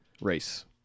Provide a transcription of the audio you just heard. race